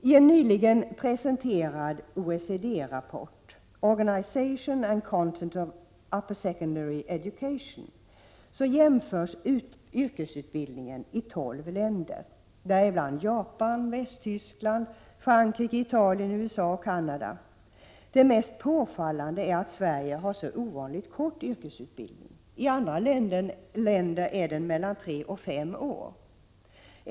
I en nyligen presenterad OECD-rapport, ”Organization and Content of Upper Secondary Education”, jämförs yrkesutbildningen i tolv länder — däribland Japan, Västtyskland, Frankrike, Italien, USA och Canada. Det mest påfallande är att Sverige har ovanligt kort yrkesutbildning. I andra länder är den tre till fem år.